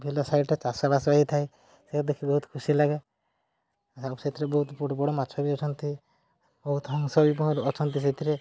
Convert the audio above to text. ବିଲ ସାଇଡ଼ରେ ଚାଷବାସ ହେଇଥାଏ ସେ ଦେଖି ବହୁତ ଖୁସିଲାଗେ ସେଥିରେ ବହୁତ ବଡ଼ ବଡ଼ ମାଛ ବି ଅଛନ୍ତି ବହୁତ ହଂସ ବି ଅଛନ୍ତି ସେଥିରେ